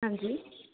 ਹਾਂਜੀ